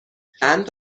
چند